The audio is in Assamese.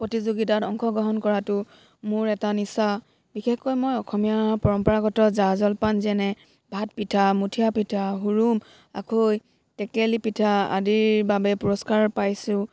প্ৰতিযোগিতাত অংশগ্ৰহণ কৰাতো মোৰ এটা নিচা বিশেষকৈ মই অসমীয়া পৰম্পৰাগত জা জলপান যেনে ভাত পিঠা মুঠিয়া পিঠা হুৰুম আখৈ টেকেলি পিঠা আদিৰ বাবে পুৰস্কাৰ পাইছোঁ